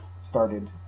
started